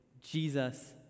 Jesus